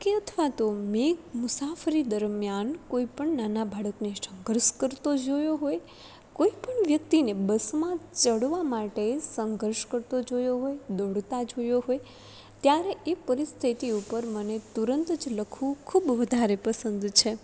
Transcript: કે અથવા તો મેં મુસાફરી દરમિયાન કોઈપણ નાના બાળકને સંઘર્ષ કરતો જોયો હોય કોઈપણ વ્યક્તિને બસમાં ચડવા માટે સંઘર્ષ કરતો જોયો હોય દોડતા જોયો હોય ત્યારે એ પરિસ્થિતિ ઉપર મને તુરંત જ લખવું ખૂબ વધારે પસંદ છે